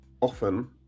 often